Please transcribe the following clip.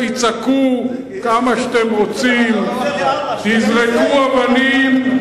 תצעקו כמה שאתם רוצים, תזרקו אבנים,